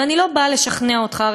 ואני לא באה לשכנע אותך על